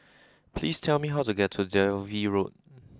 please tell me how to get to Dalvey Road